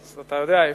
אתה יודע איפה.